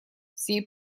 всей